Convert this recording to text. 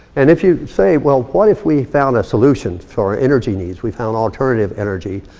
and if you say, well what if we found a solution for our energy needs? we found alternative energy.